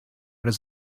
does